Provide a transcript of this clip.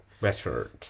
Better